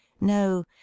No